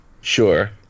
Sure